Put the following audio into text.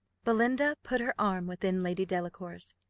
belinda put her arm within lady delacour's,